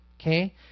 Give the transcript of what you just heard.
Okay